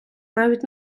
навіть